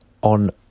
on